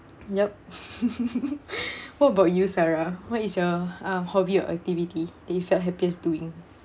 yup what about you sarah what is your uh hobby or activity that you felt happiest doing